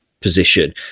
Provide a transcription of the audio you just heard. position